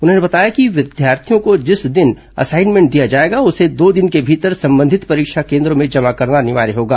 उन्होंने बताया कि परीक्षार्थियों को जिस दिन असाइनमेंट दिया जाएगा उसे दो दिन के भीतर संबंधित परीक्षा केन्द्रों में जमा करना अनिवार्य होगा